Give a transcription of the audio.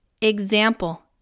Example